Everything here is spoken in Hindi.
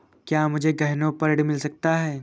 क्या मुझे गहनों पर ऋण मिल सकता है?